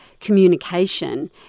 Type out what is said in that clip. communication